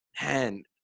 man